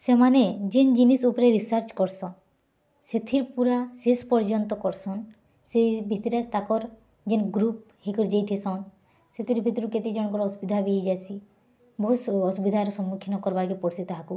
ସେମାନେ ଯେନ୍ ଜିନିଷ୍ ଉପରେ ରିସର୍ଚ୍ଚ କର୍ସଁ ସେଥିର୍ ପୁରା ଶେଷ ପର୍ଯ୍ୟନ୍ତ କର୍ସନ୍ ସେ ଭିତରେ ତାକର୍ ଯେନ୍ ଗ୍ରୁପ୍ ହୋଇ କରି ଯାଇ ଥିସନ୍ ସେଥିର୍ ଭିତରୁ କେତେ ଜନଙ୍କର ଅସୁବିଧା ବି ହୋଇ ଯାଏସି ବହୁତ ଅସୁବିଧାର ସମ୍ମୁଖୀନ କର୍ବାର୍ କେ ପଡ଼୍ସି ତାହାକୁ